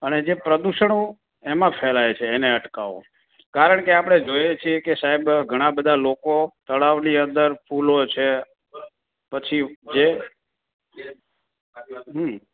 અને જે પ્રદૂષણો એમાં ફેલાય છે એને અટકાવો કારણ કે આપણે જોઈએ છીએ કે સાહેબ ઘણા બધા લોકો તળાવની અંદર ફૂલો છે પછી જે